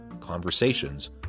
Conversations